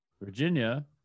Virginia